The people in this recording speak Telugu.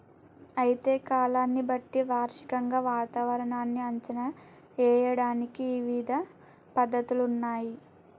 అయితే కాలాన్ని బట్టి వార్షికంగా వాతావరణాన్ని అంచనా ఏయడానికి ఇవిధ పద్ధతులున్నయ్యి